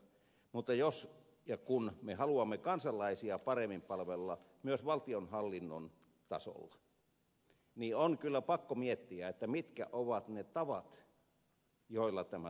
mutta jos ja kun me haluamme kansalaisia paremmin palvella myös valtionhallinnon tasolla on kyllä pakko miettiä mitkä ovat ne tavat joilla tämä tavoite saavutetaan